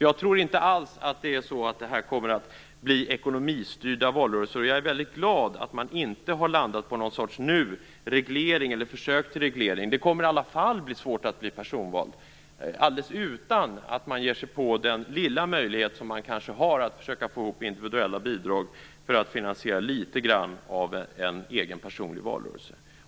Jag tror inte alls att det kommer att bli ekonomistyrda valrörelser. Jag är väldigt glad över att man inte har landat på någon sorts reglering eller på något försök till reglering. Det kommer att bli svårt att bli personvald alldeles utan att man ger sig på den lilla möjlighet som kanske finns för någon att få ihop individuella bidrag för att kunna finansiera litet grand av en egen personlig valrörelse.